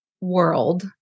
world